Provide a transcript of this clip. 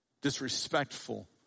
disrespectful